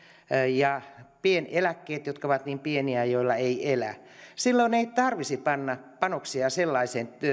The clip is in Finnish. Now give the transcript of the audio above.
ja pieneläkkeet jotka ovat niin pieniä että niillä ei elä silloin ei tarvitsisi panna panoksia sellaiseen